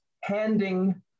handing